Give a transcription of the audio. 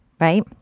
right